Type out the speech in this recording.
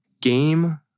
Game